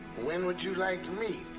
when would you like to meet?